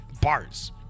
bars